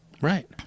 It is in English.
right